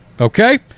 Okay